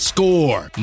Score